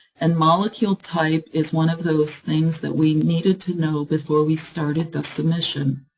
and molecule type is one of those things that we needed to know, before we started this submission.